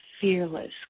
fearless